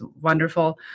wonderful